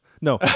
No